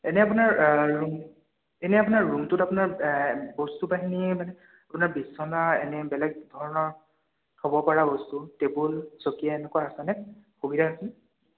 এনে আপোনাৰ ৰুম এনেই আপোনাৰ ৰুমটোত আপোনাৰ বস্তুবাহিনী মানে আপোনাৰ বিচনা এনেই বেলেগ ধৰণৰ থ'ব পৰা বস্তু টেবুল চকী এনেকুৱা আছেনে সুবিধা আছেনে